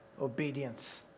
obedience